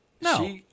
No